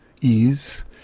ease